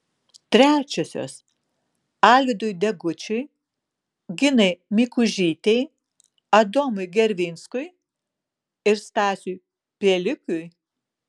trečiosios alvydui degučiui ginai mikužytei adomui gervinskui ir stasiui pielikiui